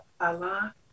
Allah